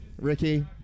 Ricky